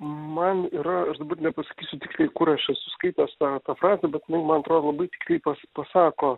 man yra aš dabar nepasakysiu tiksliai kur aš esu skaitęs tą tą frazę bet jinai man atrodo labai tiksliai pas pasako